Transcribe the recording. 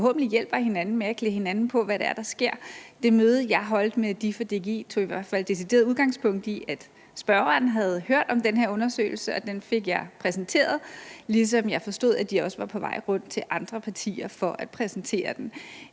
forhåbentlig hjælper hinanden med at klæde hinanden på, i forhold til hvad der sker. Det møde, jeg holdt med DIF og DGI, tog i hvert fald decideret udgangspunkt i, at spørgeren havde hørt om den her undersøgelse. Den fik jeg præsenteret, ligesom jeg forstod, at de også var på vej rundt til andre partier for at præsentere den.